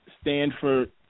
Stanford